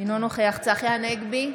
אינו נוכח צחי הנגבי,